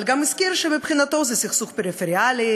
אבל גם הזכיר שמבחינתו זה סכסוך פריפריאלי,